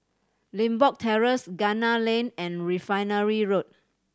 Limbok Terrace Gunner Lane and Refinery Road